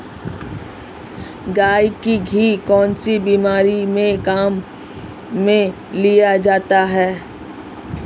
गाय का घी कौनसी बीमारी में काम में लिया जाता है?